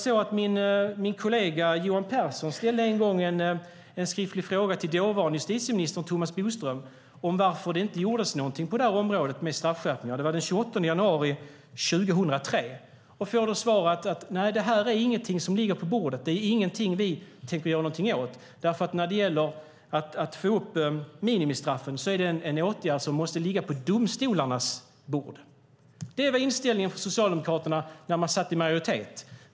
Min kollega Johan Pehrson ställde en gång en skriftlig fråga till dåvarande justitieministern Thomas Bodström om varför det inte gjordes någonting på det här området med straffskärpningar. Det var den 28 januari 2003. Han fick då svaret: Nej, det här är ingenting som ligger på bordet. Det är ingenting vi tänker göra någonting åt, för när det gäller att få upp minimistraffen är det en åtgärd som måste ligga på domstolarnas bord. Det var inställningen från Socialdemokraterna när man satt i majoritet.